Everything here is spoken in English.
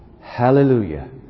Hallelujah